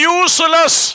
useless